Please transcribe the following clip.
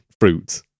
fruit